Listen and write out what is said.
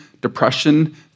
depression